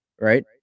Right